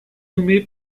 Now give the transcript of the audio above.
nommé